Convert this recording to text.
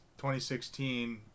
2016